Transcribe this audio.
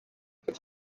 afata